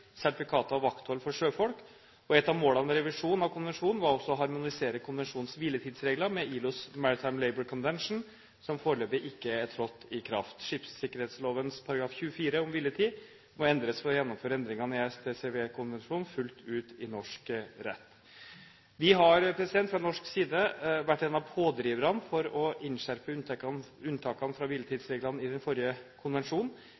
sertifikater og vakthold for sjøfolk. Et av målene ved revisjonen av konvensjonen var også å harmonisere konvensjonens hviletidsregler med ILOs Maritime Labour Convention, som foreløpig ikke er trådt i kraft. Skipssikkerhetsloven § 24 om hviletid må endres for å gjennomføre endringene i STCW-konvensjonen fullt ut i norsk rett. Vi har fra norsk side vært en av pådriverne for å innskjerpe unntakene fra hviletidsreglene i den forrige konvensjonen.